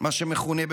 מה שמכונה,